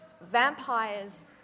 Vampires